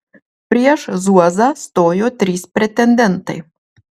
prieš zuozą stojo trys pretendentai